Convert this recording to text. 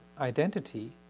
identity